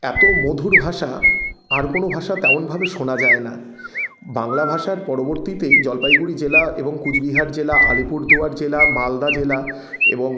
এত মধুর ভাষা আর কোনো ভাষা তেমনভাবে শোনা যায় না বাংলা ভাষার পরবর্তীতেই জলপাইগুড়ি জেলা এবং কোচবিহার জেলা আলিপুরদুয়ার জেলা মালদা জেলা এবং